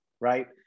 right